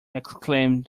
exclaimed